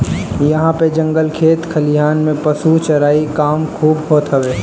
इहां पे जंगल खेत खलिहान में पशु चराई के काम खूब होत हवे